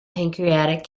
pancreatic